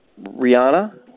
Rihanna